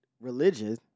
religion